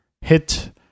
hit